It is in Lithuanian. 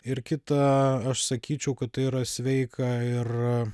ir kita aš sakyčiau kad tai yra sveika ir